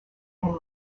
and